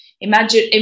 Imagine